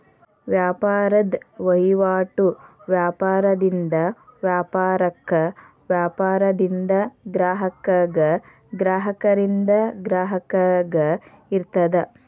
ಈ ವ್ಯಾಪಾರದ್ ವಹಿವಾಟು ವ್ಯಾಪಾರದಿಂದ ವ್ಯಾಪಾರಕ್ಕ, ವ್ಯಾಪಾರದಿಂದ ಗ್ರಾಹಕಗ, ಗ್ರಾಹಕರಿಂದ ಗ್ರಾಹಕಗ ಇರ್ತದ